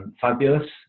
Fabulous